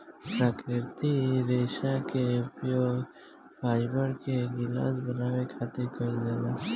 प्राकृतिक रेशा के उपयोग फाइबर के गिलास बनावे खातिर कईल जाला